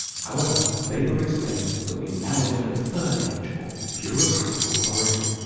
however, weber explained that we had now entered a third age of bureaucratic authority.